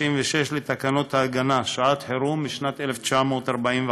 96 לתקנות ההגנה (שעת חירום) משנת 1945,